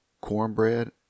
cornbread